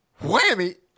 Whammy